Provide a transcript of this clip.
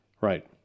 Right